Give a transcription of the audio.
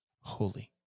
holy